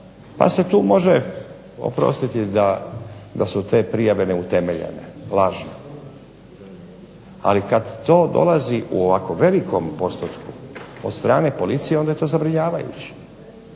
pa se tu može oprostiti da su te prijave neutemeljene, lažne, ali kad to dolazi u ovako velikom postotku od strane policije onda je to zabrinjavajuće.